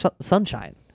Sunshine